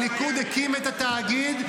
הליכוד הקים את התאגיד,